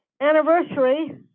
anniversary